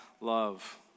love